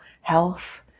health